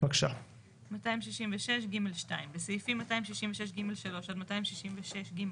266ג2. בסעיפים 266ג3 עד 266ג6,